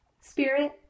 spirit